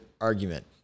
argument